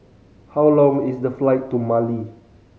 how long is the flight to Mali